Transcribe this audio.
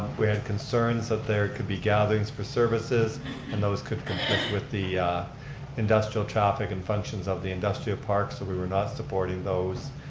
we had concerns that there could be gatherings for services and those could conflict with the industrial traffic and functions of the industrial park. so we were not supporting those.